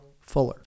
Fuller